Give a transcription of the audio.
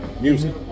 music